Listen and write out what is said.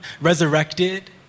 resurrected